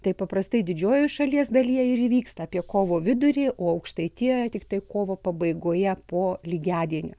tai paprastai didžiojoje šalies dalyje ir įvyksta apie kovo vidurį o aukštaitijoje tiktai kovo pabaigoje po lygiadienio